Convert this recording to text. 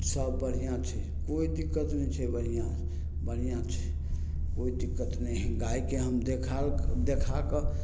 सब बढ़ियाँ छै कोइ दिक्कत नै छै बढ़िआँ बढ़िआँ छै कोइ दिक्कत नहि हइ गायके हम देखाल देखा कऽ